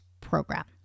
program